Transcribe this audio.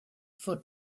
for